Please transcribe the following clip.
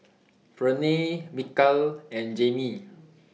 Ferne Mikal and Jaimie